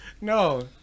No